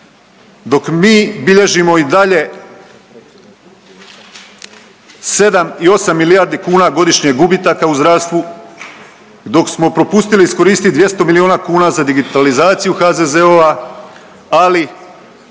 dok mi bilježimo i dalje 7 i 8 milijardi kuna godišnje gubitaka u zdravstvu, dok smo propustili iskoristiti 200 milijuna kuna za digitalizaciju HZZO-a, ali